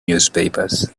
newspapers